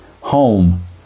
home